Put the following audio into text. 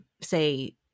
say